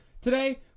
Today